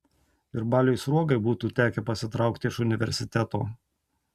ir baliui sruogai būtų tekę pasitraukti iš universiteto